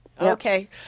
Okay